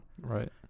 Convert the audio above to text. Right